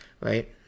right